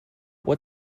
what